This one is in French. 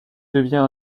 devient